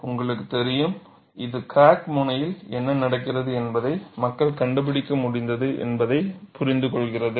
உங்களுக்குத் தெரியும் இது கிராக் முனையில்என்ன நடக்கிறது என்பதை மக்கள் கண்டுபிடிக்க முடிந்தது என்பதைப் புரிந்துகொள்கிறது